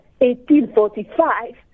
1845